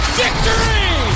victory